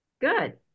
Good